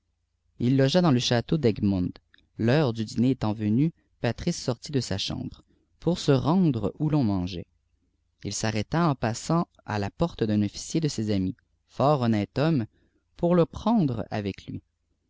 il logea dans le mtcné d'egmont l'heure duidhier étant venue patris sortit de sa chambra pour se rendre où l'on mangeait u s'arrêta en passant à te porte d'un officier da ses apiis fort honnête homme pour le phèndi avec luu